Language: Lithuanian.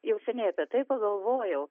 jau seniai apie tai pagalvojau